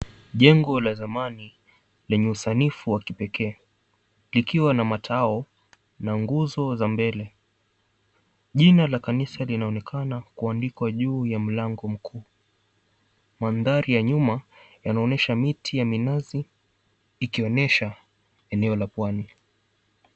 Jengo la zamani lenye usanifu wa kipekee kikiwa na matao na nguzo za mbele. Jina la kanisa linaonekana kuandikwa juu ya mlango mkuu. Mandhari ya nyuma yanaonyesha miti ya minazi, ikionyesha eneo la pwani.